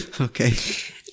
Okay